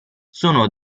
sono